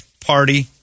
party